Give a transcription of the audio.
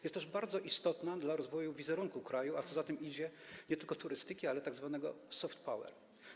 Jest też bardzo istotna dla rozwoju wizerunku kraju, a co za tym idzie nie tylko turystyki, ale tzw. soft power.